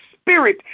spirit